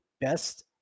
best